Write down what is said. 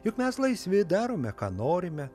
juk mes laisvi darome ką norime